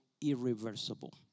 irreversible